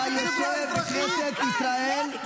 אתה יושב בכנסת ישראל.